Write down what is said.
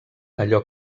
allò